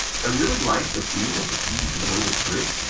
i really like the feel of the keys and the way they click.